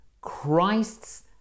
Christ's